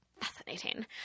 fascinating